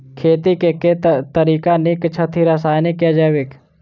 खेती केँ के तरीका नीक छथि, रासायनिक या जैविक?